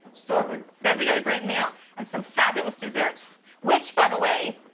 starving good. we got a great meal and some fabulous desserts, which, by the way,